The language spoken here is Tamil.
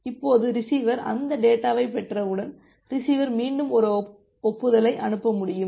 இப்போது ரிசீவர் அந்தத் டேட்டாவைப் பெற்றவுடன் ரிசீவர் மீண்டும் ஒரு ஒப்புதலை அனுப்ப முடியும்